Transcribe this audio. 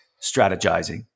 strategizing